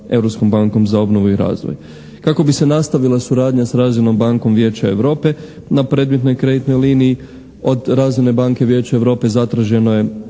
Europskom bankom za obnovu i razvoj. Kako bi se nastavila suradnja sa Razvojnom bankom Vijeća Europe na predmetnoj kreditnoj liniji od Razvojne banke Vijeća Europe zatraženo je